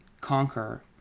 Conquer